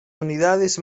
unidades